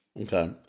Okay